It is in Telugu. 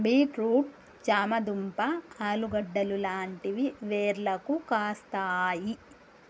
బీట్ రూట్ చామ దుంప ఆలుగడ్డలు లాంటివి వేర్లకు కాస్తాయి